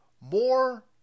more